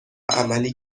عملی